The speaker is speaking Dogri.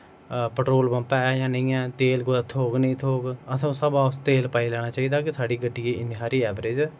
पटरोल पम्प ऐ जां नेईं ऐ तेल कुतै थ्होग जां नेंई थ्होग असैं उस हिसाबा तेल पाई लैना चाहिदा के साढ़ी गड्डिये इन्नी हारी ऐवरेज़